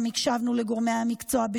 הקשבנו גם לגורמי המקצוע,